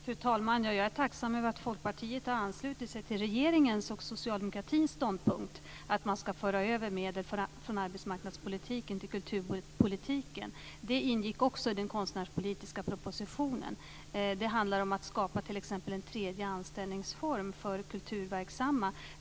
Fru talman! Jag är tacksam över att Folkpartiet har anslutit sig till regeringens och Socialdemokraternas ståndpunkt att man ska föra över medel från arbetsmarknadspolitiken till kulturpolitiken. Det ingick också i den konstnärspolitiska propositionen. Det handlar t.ex. om att skapa en tredje anställningsform för kulturverksamma.